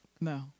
No